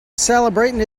celebrating